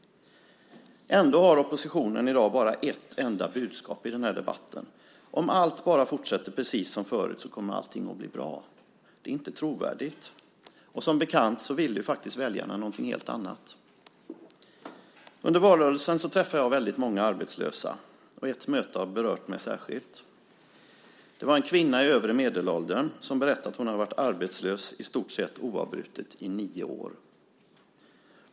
Ändå har oppositionen i dagens debatt bara ett enda budskap: Om allt bara fortsätter precis som förut kommer allting att bli bra. Det är inte trovärdigt. Som bekant ville faktiskt väljarna någonting helt annat. Under valrörelsen träffade jag väldigt många arbetslösa. Ett möte har berört mig särskilt. Det var en kvinna i övre medelåldern som berättade att hon hade varit arbetslös i stort sett oavbrutet i nio år.